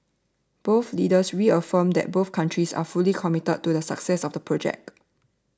both leaders reaffirmed that both countries are fully committed to the success of the project